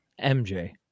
MJ